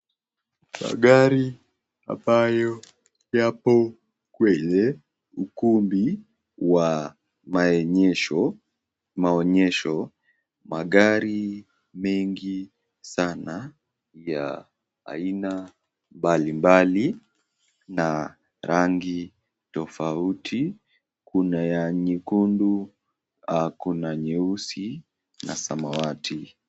Magari ambayo yapo kwenye ukumbi wa maonyesho magari mengi sana ya aina mbali mbali na angi tofauti kuna ya nyekundu, kuna nyeusi na samawati.